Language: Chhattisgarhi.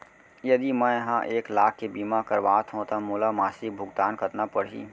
यदि मैं ह एक लाख के बीमा करवात हो त मोला मासिक भुगतान कतना पड़ही?